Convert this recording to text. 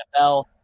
NFL